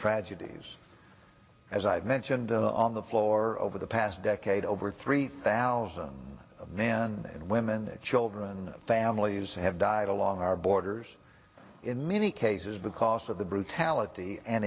tragedies as i've mentioned on the floor over the past decade over three thousand men and women and children families who have died along our borders in many cases because of the brutality and